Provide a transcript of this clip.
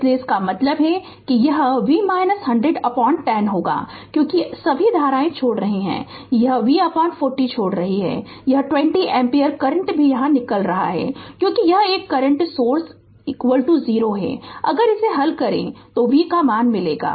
इसलिए इसका मतलब है यह V 10010 होगा क्योंकि सभी धाराएं छोड़ रही हैं यह V40 छोड़ रही है यह 20 एम्पीयर करंट भी निकल रहा है क्योंकि यह एक करंट सोर्स 0 है अगर इसे हल करें तो V का मान मिलेगा